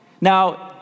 Now